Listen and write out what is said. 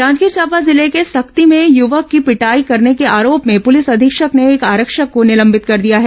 जांजगीर चांपा जिले के सक्ती में युवक की पिटाई करने के आरोप में पुलिस अधीक्षक ने एक आरक्षक को निलंबित कर दिया है